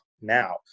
now